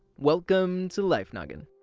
welcome to life noggin.